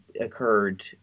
occurred